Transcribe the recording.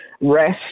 rest